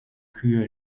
kühe